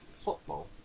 Football